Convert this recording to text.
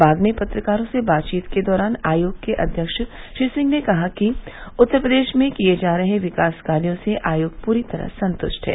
बाद में पत्रकारों से बातचीत के दौरान आयोग के अध्यक्ष श्री सिंह ने कहा कि उत्तर प्रदेश में किये जा रहे विकास कार्यो से आयोग पूरी तरह से संतुष्ट है